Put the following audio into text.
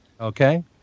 Okay